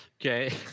okay